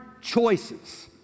choices